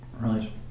Right